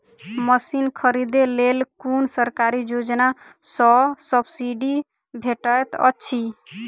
Machine खरीदे लेल कुन सरकारी योजना सऽ सब्सिडी भेटैत अछि?